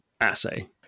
assay